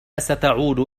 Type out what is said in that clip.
ستعود